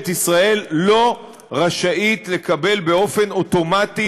ישראל לא רשאית לקבל באופן אוטומטי,